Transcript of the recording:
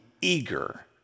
eager